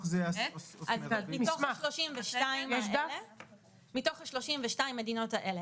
מתוך ה-32 מדינות האלה,